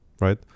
right